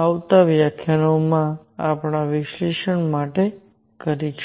આવતા વ્યાખ્યાનોમાં આપણા વિશ્લેષણ માટે કરીશું